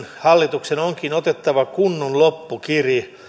hallituksen onkin otettava kunnon loppukiri